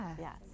Yes